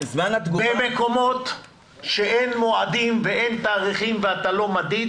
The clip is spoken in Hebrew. במקומות שאין מועדים ואין תאריכים ואתה לא מדיד